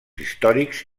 històrics